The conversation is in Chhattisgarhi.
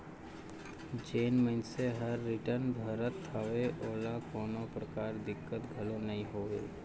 जेन मइनसे हर रिटर्न भरत हवे ओला कोनो परकार दिक्कत घलो नइ होवे